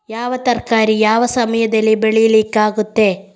ಯಾವ ತರಕಾರಿ ಯಾವ ಸಮಯದಲ್ಲಿ ಬೆಳಿಲಿಕ್ಕೆ ಆಗ್ತದೆ?